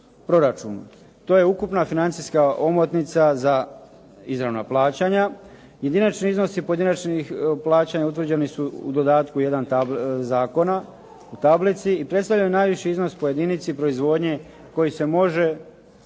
proračunu. To je ukupna financijska omotnica za izravna plaćanja. Jedinični iznosi pojedinačnih plaćanja utvrđeni su u dodatku jedan zakona u tablici i predstavljaju najviši iznos po jedini proizvodnje koji se može